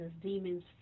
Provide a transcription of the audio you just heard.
demons